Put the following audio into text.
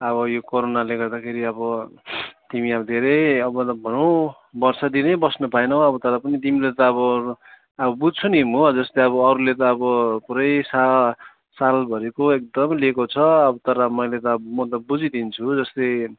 अब यो कोरोनाले गर्दाखेरि अब तिमी अब धेरै अब मतलब भनौँ वर्ष दिन नै बस्नु पाएनौ अब तर पनि तिम्रो त अब अब बुझ्छु नि म जस्तै अब अरूले त अब पुरै सा सालभरिको एकदम लिएको छ अब तर मैले त अब म त बुझिदिन्छु जस्तै